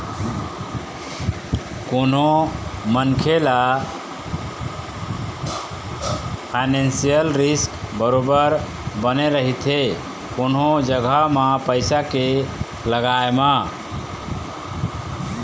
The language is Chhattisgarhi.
कोनो मनखे ल फानेसियल रिस्क बरोबर बने रहिथे कोनो जघा म पइसा के लगाय म